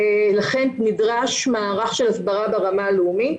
לכן נדרש מערך של הסברה ברמה הלאומית,